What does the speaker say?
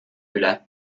üle